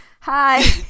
Hi